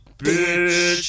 bitch